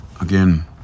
Again